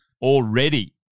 already